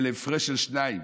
הפרש של שניים,